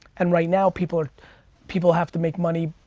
and right now people people have to make money,